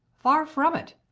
far from it.